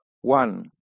One